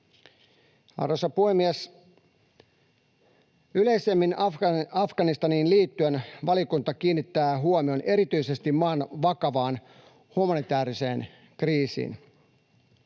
Arvoisa puhemies! Yleisemmin Afganistaniin liittyen valiokunta kiinnittää huomion erityisesti maan vakavaan humanitääriseen kriisiin.